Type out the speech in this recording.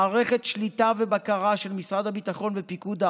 מערכת שליטה ובקרה של משרד הביטחון ופיקוד העורף.